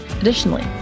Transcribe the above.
Additionally